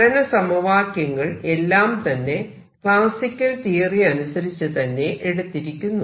ചലന സമവാക്യങ്ങൾ എല്ലാം തന്നെ ക്ലാസിക്കൽ തിയറി അനുസരിച്ചു തന്നെ എടുത്തിരിക്കുന്നു